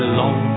long